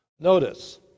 notice